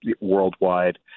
worldwide